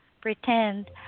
pretend